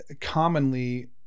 commonly